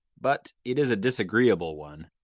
but it is a disagreeable one!